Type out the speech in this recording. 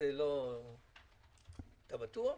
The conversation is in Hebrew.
אתה בטוח?